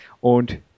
Und